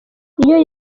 iyo